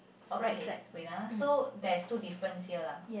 okay wait ah so there's two difference here lah